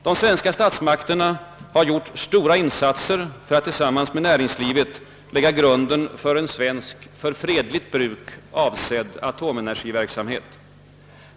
De svenska statsmakterna har gjort stora insatser för att tillsammans med näringslivet lägga grunden för en svensk, för fredligt bruk avsedd atomenergiverksamhet.